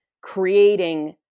creating